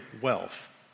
wealth